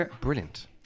brilliant